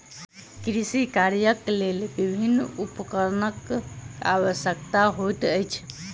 कृषि कार्यक लेल विभिन्न उपकरणक आवश्यकता होइत अछि